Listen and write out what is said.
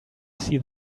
see